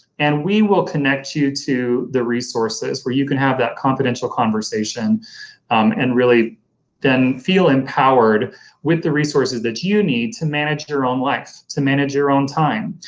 and we will connect you to the resources where you can have that confidential conversation and really then feel empowered with the resources that you need to manage your own life, to manage your own time,